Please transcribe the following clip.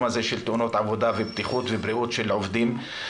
הזה של תאונות עבודה ובטיחות ובריאות של עובדים.